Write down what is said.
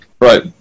Right